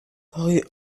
rue